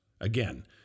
Again